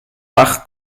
bach